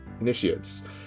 Initiates